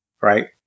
right